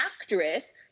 actress